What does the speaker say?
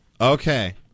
Okay